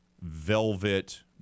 velvet